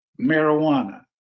marijuana